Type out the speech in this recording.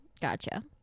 Gotcha